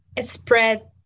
spread